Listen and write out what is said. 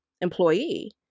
employee